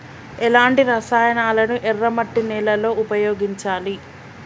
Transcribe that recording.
ఎలాంటి రసాయనాలను ఎర్ర మట్టి నేల లో ఉపయోగించాలి?